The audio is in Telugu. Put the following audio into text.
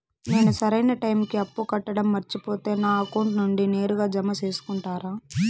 నేను సరైన టైముకి అప్పు కట్టడం మర్చిపోతే నా అకౌంట్ నుండి నేరుగా జామ సేసుకుంటారా?